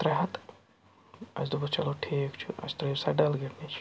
ترٛےٚ ہَتھ اَسہِ دوٚپُس چلو ٹھیٖک چھُ اَسہِ ترٛٲیِو سا ڈل گیٹ نِش